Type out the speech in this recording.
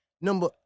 number